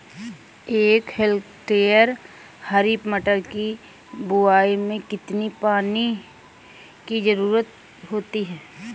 एक हेक्टेयर हरी मटर की बुवाई में कितनी पानी की ज़रुरत होती है?